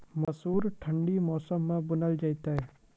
मसूर ठंडी मौसम मे बूनल जेतै?